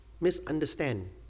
misunderstand